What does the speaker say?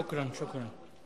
האם תהיה בעד, שוכראן.